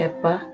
Epa